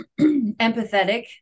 empathetic